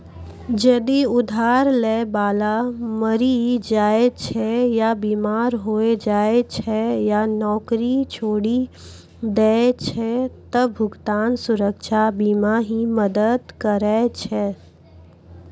जदि उधार लै बाला मरि जाय छै या बीमार होय जाय छै या नौकरी छोड़ि दै छै त भुगतान सुरक्षा बीमा ही मदद करै छै